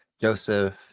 Joseph